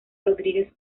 rodríguez